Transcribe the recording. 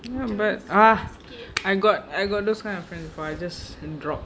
ya but ah I got I got those kind of friend before I just drop